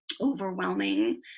overwhelming